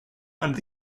and